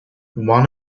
one